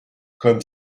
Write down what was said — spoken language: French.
comme